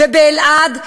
ובאלעד,